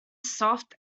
soft